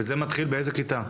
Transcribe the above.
וזה מתחיל באיזה כיתה?